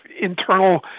internal